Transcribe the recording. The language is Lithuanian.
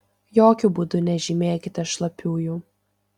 jokiu būdu nežymėkite šlapiųjų